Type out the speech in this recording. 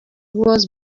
wars